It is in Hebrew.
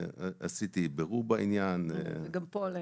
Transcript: עשיתי בירור בעניין --- וגם פה.